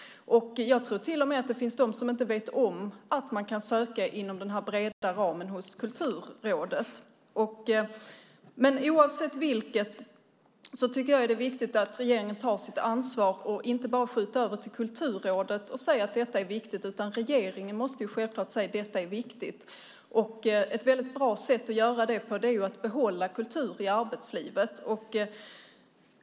Jag tror till och med att det finns de som inte vet om att man kan söka inom den breda ramen hos Kulturrådet. Oavsett vilket tycker jag att det är viktigt att regeringen tar sitt ansvar och inte bara skjuter över till Kulturrådet att säga att det är viktigt. Regeringen måste självklart säga att detta är viktigt. Ett bra sätt att göra det är att behålla kultur i arbetslivet.